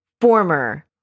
former